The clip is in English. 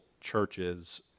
churches